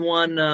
one